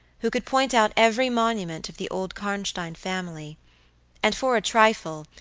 who could point out every monument of the old karnstein family and, for a trifle,